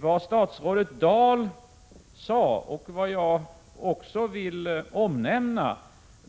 Vad statsrådet Dahl sade, och vad jag också vill omnämna,